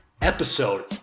episode